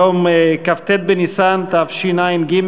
היום כ"ט בניסן תשע"ג,